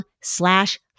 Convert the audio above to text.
slash